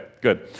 good